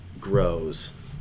grows